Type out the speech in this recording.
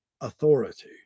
authority